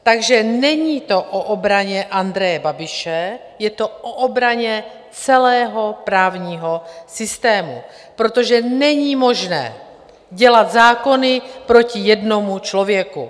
Takže není to o obraně Andreje Babiše, je to o obraně celého právního systému, protože není možné dělat zákony proti jednomu člověku.